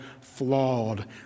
flawed